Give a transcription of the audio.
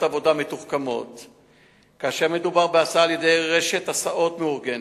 עבודה מתוחכמים וכאשר מדובר בהסעה על-ידי רשת הסעות מאורגנת.